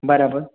બરાબર